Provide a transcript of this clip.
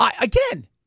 again